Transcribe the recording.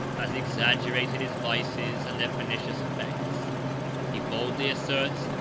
has exaggerated his vices, and their pernicious effects he boldly asserts,